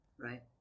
right